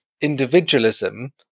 individualism